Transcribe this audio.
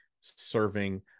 serving